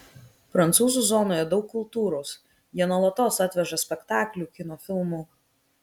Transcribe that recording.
prancūzų zonoje daug kultūros jie nuolatos atveža spektaklių kino filmų